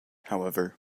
however